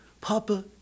Papa